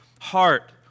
heart